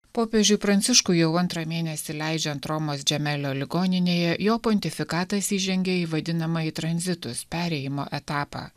popiežiui pranciškui jau antrą mėnesį leidžiant romos džiamelio ligoninėje jo pontifikatas įžengė į vadinamąjį tranzitus perėjimo etapą